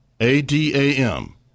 A-D-A-M